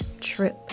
trip